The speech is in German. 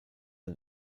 ein